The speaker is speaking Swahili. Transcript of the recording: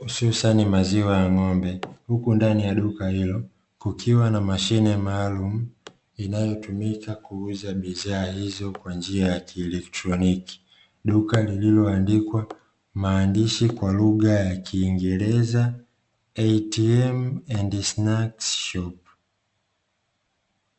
hususani maziwa ya ng'ombe, huku ndani ya duka hilo kukiwa na mashine maalumu inayotumika kuuza bidhaa hizo kwa njia ya kielektroniki. Duka lililoandikwa kwa maandishi kwa lugha ya kiingereza "ATM and snacks shop".